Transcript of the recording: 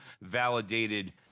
validated